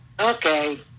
okay